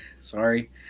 sorry